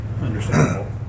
understandable